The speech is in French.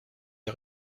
est